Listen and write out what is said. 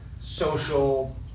social